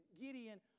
Gideon